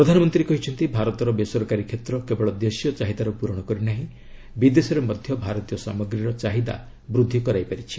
ପ୍ରଧାନମନ୍ତ୍ରୀ କହିଛନ୍ତି ଭାରତର ବେସରକାରୀ କ୍ଷେତ୍ କେବଳ ଦେଶୀୟ ଚାହିଦାର ପୂରଣ କରିନାହିଁ ବିଦେଶରେ ମଧ୍ୟ ଭାରତୀୟ ସାମଗ୍ରୀର ଚାହିଦା ବୃଦ୍ଧି କରାଇପାରିଛି